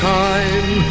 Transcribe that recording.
time